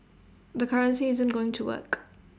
the currency isn't going to work